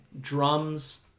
Drums